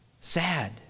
sad